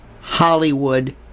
Hollywood